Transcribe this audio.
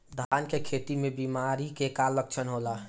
धान के खेती में बिमारी का लक्षण का होला?